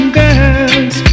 girls